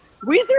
Weezer